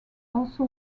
also